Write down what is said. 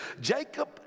jacob